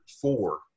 four